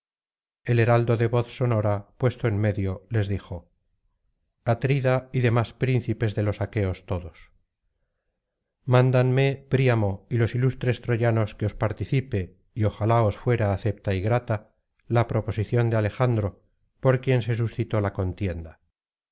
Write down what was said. el heraldo de voz sonora puesto en medio les dijo atrida y demás príncipes de los aqueos todos mándanme príamo y los ilustres troyanos que os participe y ojalá os fuera acepta y grata la proposición de alejandro por quien se suscitó la contienda